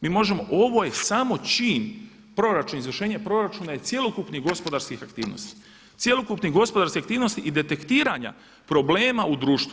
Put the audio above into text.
Mi možemo, ovo je samo čin, proračun, izvršenje proračuna i cjelokupnih gospodarskih aktivnosti, cjelokupnih gospodarskih aktivnosti i detektiranja problema u društvu.